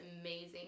amazing